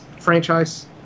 franchise